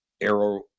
arrow